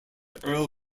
earl